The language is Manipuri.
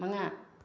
ꯃꯉꯥ